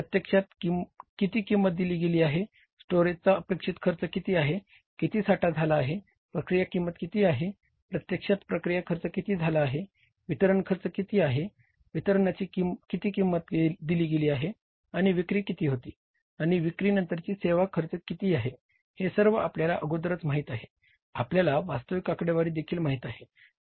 प्रत्यक्षात किती किंमत दिली गेली आहे स्टोरेजचा अपेक्षित खर्च किती आहे किती साठा झाला आहे प्रक्रिया किंमत किती आहे प्रत्यक्षात प्रक्रिया खर्च किती झाला आहे वितरण खर्च किती आहे वितरणाची किती किंमत दिली गेली आहे आणि विक्री किती होती आणि विक्री नंतरचे सेवा खर्च किती आहे हे सर्व आपल्याला अगोदरच माहित आहे आपल्याला वास्तविक आकडेवारी देखील माहित आहे